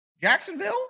Jacksonville